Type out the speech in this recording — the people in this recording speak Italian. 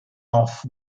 off